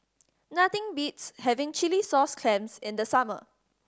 nothing beats having chilli sauce clams in the summer